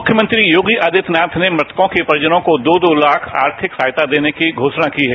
मुख्यमंत्री योगी आदित्यनाथ ने मृतकों के परिजनों को दो दो लाख आधिक सहायता देने की घोषणा की है